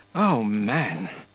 o men!